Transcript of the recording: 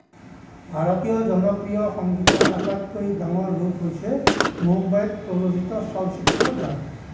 ভাৰতীয় জনপ্ৰিয় সংগীতৰ আটাইতকৈ ডাঙৰ ৰূপ হৈছে মুম্বাইত প্ৰযোজিত চলচ্চিত্ৰৰ গান